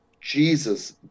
Jesus